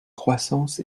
croissance